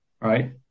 right